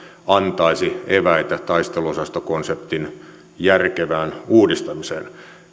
antaisi eväitä taisteluosastokonseptin järkevään uudistamiseen